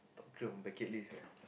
top three on bucket list ah